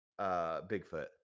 Bigfoot